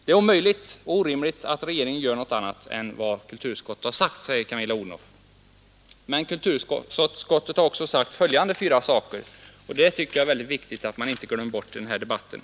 Det är omöjligt och orimligt att regeringen gör något annat än vad kulturutskottet har sagt, säger statsrådet Odhnoff. Men kulturutskottet har också sagt följande fyra saker, och det är mycket viktigt att man inte glömmer bort det i den här debatten.